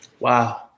Wow